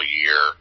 year